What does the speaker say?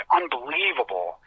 unbelievable